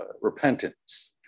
repentance